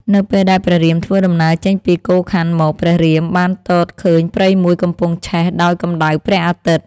នៅពេលដែលព្រះរាមធ្វើដំណើរចេញពីកូខ័នមក ព្រះរាម បានទតឃើញព្រៃមួយកំពុងឆេះដោយកំដៅព្រះអាទិត្យ។